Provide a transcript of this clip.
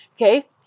okay